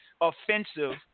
offensive